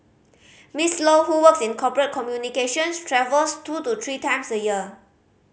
Miss Low who works in corporate communications travels two to three times a year